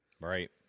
Right